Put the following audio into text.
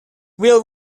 will